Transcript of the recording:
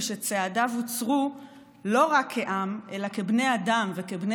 וצעדיו הוצרו לא רק כעם אלא כבני אדם וכבני